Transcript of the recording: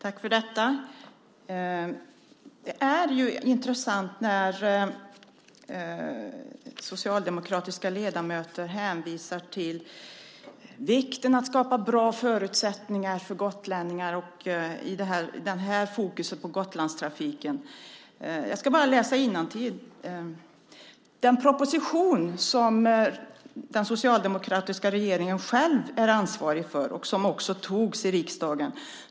Herr talman! Det är intressant när socialdemokratiska ledamöter hänvisar till vikten av att skapa bra förutsättningar för gotlänningar och att ha detta fokus på Gotlandstrafiken. Jag ska läsa innantill ur den proposition som den socialdemokratiska regeringen själv är ansvarig för och som också antogs i riksdagen.